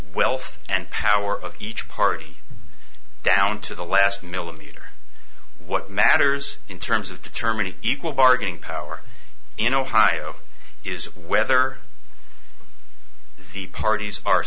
wealth and power of each party down to the last millimeter what matters in terms of determining equal bargaining power in ohio is whether the parties are